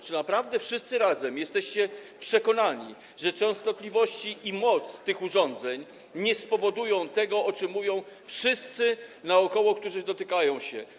Czy naprawdę wszyscy razem jesteście przekonani, że częstotliwości i moc tych urządzeń nie spowodują tego, o czym mówią wszyscy dookoła, których to dotyczy?